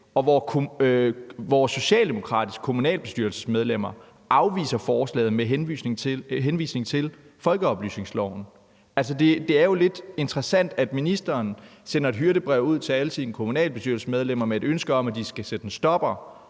og vores socialdemokratiske kommunalbestyrelsesmedlemmer afviser forslaget med henvisning til folkeoplysningsloven. Det er jo lidt interessant, at ministeren sender et hyrdebrev ud til alle sine kommunalbestyrelsesmedlemmer med et ønske om, at de skal sætte en stopper